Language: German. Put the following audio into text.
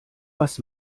was